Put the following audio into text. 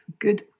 good